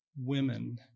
women